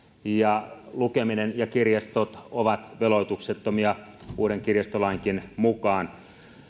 ja lukeminen ja kirjastot ovat veloituksettomia uuden kirjastolainkin mukaan